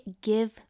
give